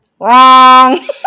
Wrong